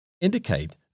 indicate